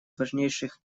важнейших